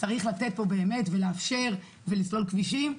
צריך לתת פה באמת ולאפשר ולסלול כבישים,